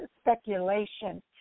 speculation